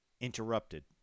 interrupted